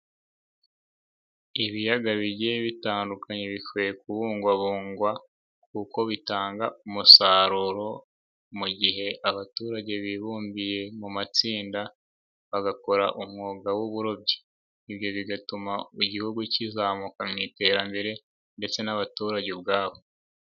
Ibiyaga bigiye bitandukanye bikwiye kubungwabungwa kuko bitanga umusaruro, mu gihe abaturage bibumbiye mu matsinda bagakora umwuga w'uburobyi, ibyo bigatuma igihugu kizamuka mu iterambere ndetse n'abaturage ubwabo.